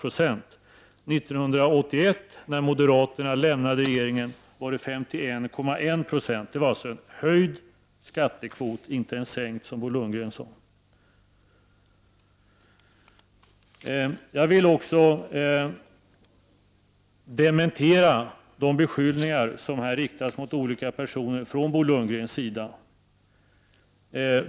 År 1981, när moderaterna lämnade regeringen, var skattekvoten 51,1 90. Det var alltså en höjd skattekvot — inte en sänkt, som Bo Lundgren sade. Jag vill också dementera de beskyllningar som här av Bo Lundgren riktas mot olika personer.